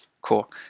Cool